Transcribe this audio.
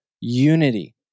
unity